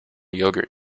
yogurt